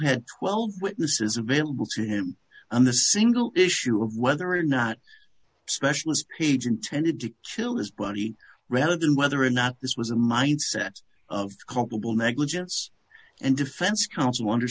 had twelve witnesses available to him on the single issue of whether or not specialist paige intended to kill his buddy rather than whether or not this was a mindset of culpable negligence and defense counsel under